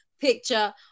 picture